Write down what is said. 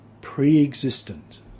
pre-existent